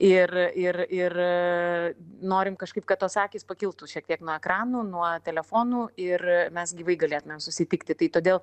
ir ir ir norim kažkaip kad tos akys pakiltų šiek tiek nuo ekrano nuo telefonų ir mes gyvai galėtumėm susitikti tai todėl